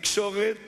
התקשורת